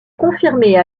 confirmée